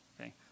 Okay